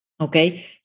Okay